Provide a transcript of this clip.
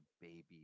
baby